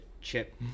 chip